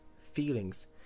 feelings